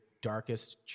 Darkest